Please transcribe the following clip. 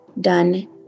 done